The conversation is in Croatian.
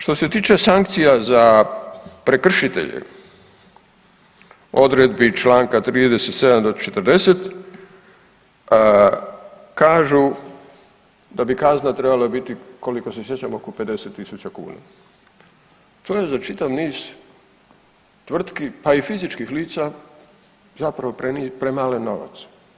Što se tiče sankcija za prekršitelje, odredbi čl. 37. do 40. kažu da bi kazna trebala biti koliko se sjećam oko 50.000 kuna, to je za čitav niz tvrtki pa i fizičkih lica zapravo premalen novac.